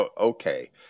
Okay